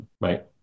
right